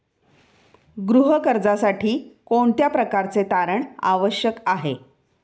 गृह कर्जासाठी कोणत्या प्रकारचे तारण आवश्यक आहे?